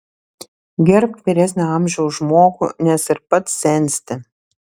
gerbk vyresnio amžiaus žmogų nes ir pats sensti